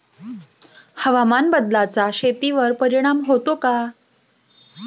हवामान बदलाचा शेतीवर परिणाम होतो का?